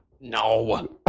No